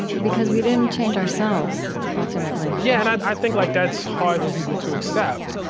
and because we didn't change ourselves, ultimately yeah, and i think like that's hard for people to accept.